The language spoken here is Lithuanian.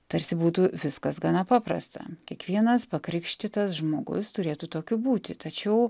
tarsi būtų viskas gana paprasta kiekvienas pakrikštytas žmogus turėtų tokiu būti tačiau